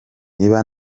iba